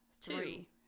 three